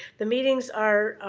the meetings are,